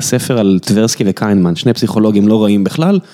ספר על טברסקי וקיינמן, שני פסיכולוגים לא רעים בכלל.